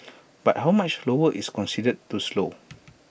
but how much lower is considered too slow